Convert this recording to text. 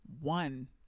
one